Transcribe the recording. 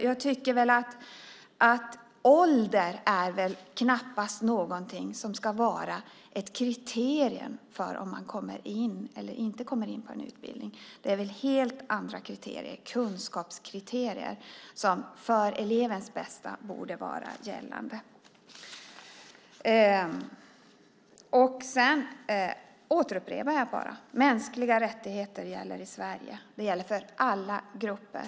Jag tycker att ålder knappast ska vara ett kriterium för om man kommer in eller inte på en utbildning. Det är väl helt andra kriterier, kunskapskriterier, som för elevens bästa borde vara gällande. Jag upprepar: Mänskliga rättigheter gäller i Sverige. Det gäller för alla grupper.